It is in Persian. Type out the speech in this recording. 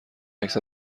عکس